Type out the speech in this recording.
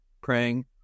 praying